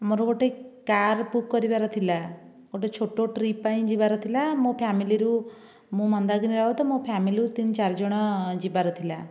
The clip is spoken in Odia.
ମୋର ଗୋଟିଏ କାର୍ ବୁକ୍ କରିବାର ଥିଲା ଗୋଟିଏ ଛୋଟ ଟ୍ରିପ୍ ପାଇଁ ଯିବାର ଥିଲା ମୋ ଫ୍ୟାମିଲିରୁ ମୁଁ ମନ୍ଦାକିନୀ ରାଉତ ମୋ ଫ୍ୟାମିଲିରୁ ତିନି ଚାରି ଜଣ ଯିବାର ଥିଲା